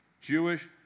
Jewish